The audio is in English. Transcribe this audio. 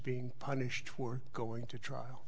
being punished for going to trial